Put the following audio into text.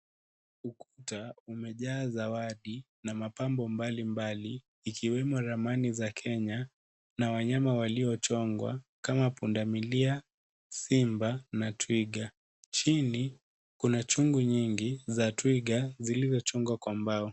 Ukuta umejaa zawadi na mapambo mbalimbali, ikiwemo ramani za Kenya na wanyama waliochongwa kama pundamilia, simba na twiga. Chini kuna chungu nyingi za twiga zilizochongwa kwa mbao.